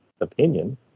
opinion